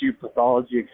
pathology